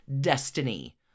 destiny